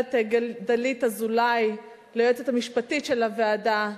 גברת דלית אזולאי, ליועצת המשפטית של הוועדה,